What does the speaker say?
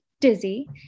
dizzy